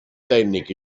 tècnic